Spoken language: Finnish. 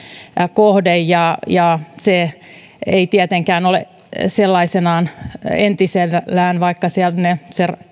kohde se ei tietenkään ole sellaisenaan entisellään vaikka sinne